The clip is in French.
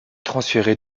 transférée